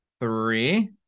three